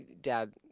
dad